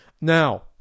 now